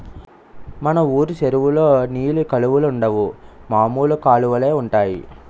మన వూరు చెరువులో నీలి కలువలుండవు మామూలు కలువలే ఉంటాయి